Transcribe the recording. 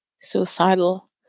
suicidal